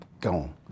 gone